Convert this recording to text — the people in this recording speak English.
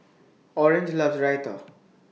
Orange loves Raita